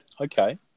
Okay